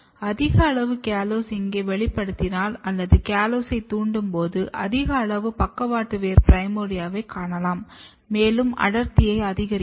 அதிக அளவு கலோஸை இங்கே வெளிப்படுத்தினால் அல்லது காலோஸைத் தூண்டும்போது அதிக அளவு பக்கவாட்டு வேர் பிரைமோர்டியாவைக் காணலாம் மேலும் அடர்த்தியும் அதிகரிக்கிறது